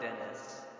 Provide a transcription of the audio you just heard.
Dennis